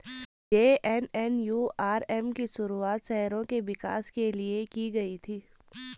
JNNURM की शुरुआत शहरों के विकास के लिए की गई थी